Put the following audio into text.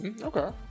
Okay